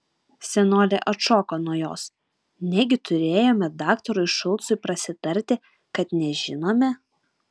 senolė atšoko nuo jos negi turėjome daktarui šulcui prasitarti kad nežinome